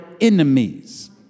enemies